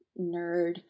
nerd